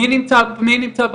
מי נמצא באולם,